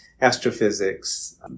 astrophysics